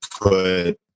put